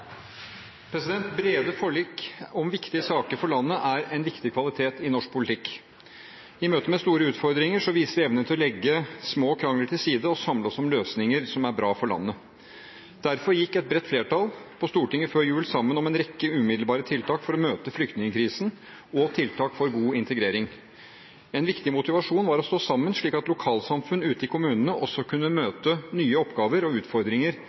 Støre. Brede forlik om viktige saker for landet er en viktig kvalitet i norsk politikk. I møte med store utfordringer viser vi evne til å legge små krangler til side og samle oss om løsninger som er bra for landet. Derfor gikk et bredt flertall på Stortinget før jul sammen om en rekke umiddelbare tiltak for å møte flyktningkrisen og tiltak for god integrering. En viktig motivasjon var å stå sammen, slik at lokalsamfunn ute i kommunene også kunne møte nye oppgaver og utfordringer